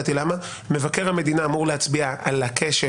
מבקר המדינה אמור להצביע על הכשל.